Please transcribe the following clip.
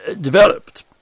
developed